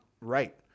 right